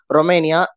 Romania